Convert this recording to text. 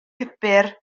pupur